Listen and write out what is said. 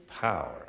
power